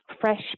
fresh